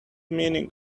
meaning